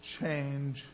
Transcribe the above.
change